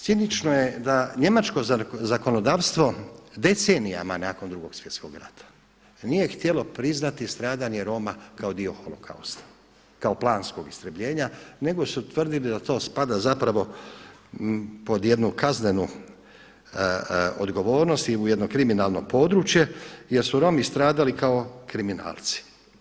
Cinično je da njemačko zakonodavstvo decenijama nakon Drugog svjetskog rata nije htjelo priznati stradanje Roma kao dio holokausta, kao planskog istrebljenja nego su tvrdili da to spada zapravo pod jednu kaznenu odgovornost i u jedno kriminalno područje jer su Romi stradali kao kriminalci.